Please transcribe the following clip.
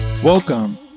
Welcome